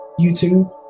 YouTube